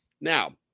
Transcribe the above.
Now